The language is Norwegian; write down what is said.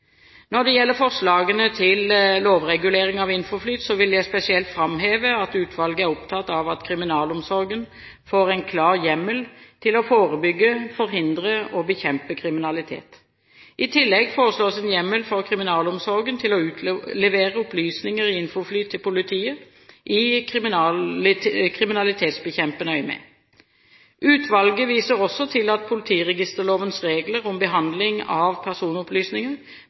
Når det gjelder forslagene til lovregulering av INFOFLYT, vil jeg spesielt framheve at utvalget er opptatt av at kriminalomsorgen får en klar hjemmel til å forebygge, forhindre og bekjempe kriminalitet. I tillegg foreslås en hjemmel for kriminalomsorgen til å utlevere opplysninger i INFOFLYT til politiet i kriminalitetsbekjempende øyemed. Utvalget viser også til at politiregisterlovens regler om behandling av personopplysninger bør få anvendelse for å ivareta den registrertes rettigheter ved behandling av personopplysninger